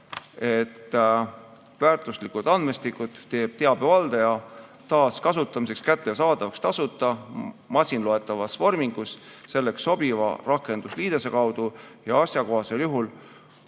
et väärtuslikud andmestikud teeb teabevaldaja taaskasutamiseks kättesaadavaks tasuta, masinloetavas vormingus selleks sobiva rakendusliidese kaudu ja asjakohasel juhul